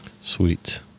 Sweet